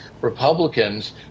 Republicans